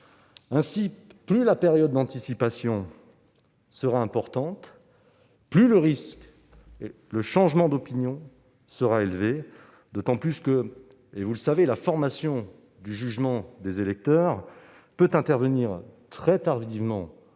Ainsi, plus la période d'anticipation sera importante, plus le risque du changement d'opinion sera élevé. D'autant que la formation du jugement des électeurs peut intervenir très tardivement dans